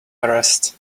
arrest